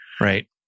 Right